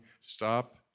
stop